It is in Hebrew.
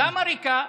למה ריקה?